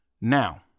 Now